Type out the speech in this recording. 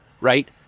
right